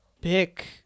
pick